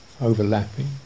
overlapping